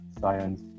science